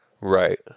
Right